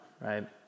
Right